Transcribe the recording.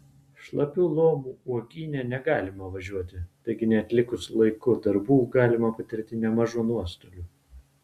šlapių lomų uogyne negalima važiuoti taigi neatlikus laiku darbų galima patirti nemažų nuostolių